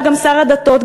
גם שר הדתות,